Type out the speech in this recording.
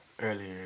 earlier